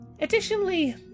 Additionally